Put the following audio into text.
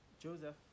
joseph